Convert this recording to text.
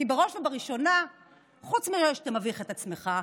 כי בראש ובראשונה חוץ מזה שאתה מביך את עצמך,